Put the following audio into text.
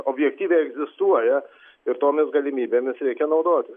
objektyviai egzistuoja ir tomis galimybėmis reikia naudotis